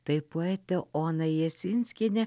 tai poetę oną jasinskienę